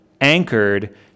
anchored